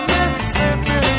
Mississippi